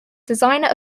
designer